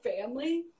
family